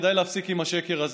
כדאי להפסיק עם השקר הזה,